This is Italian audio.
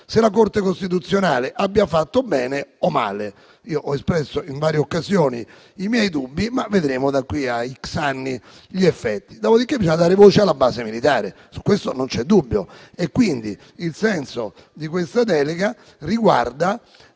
se la Corte costituzionale abbia fatto bene o male. Io ho espresso in varie occasioni i miei dubbi, ma vedremo in futuro quali saranno stati gli effetti. Dopodiché bisogna dare voce alla base militare: su questo non c'è dubbio. Quindi, il senso di questa delega riguarda